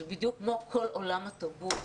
זה בדיוק כמו כל עולם התרבות,